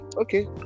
okay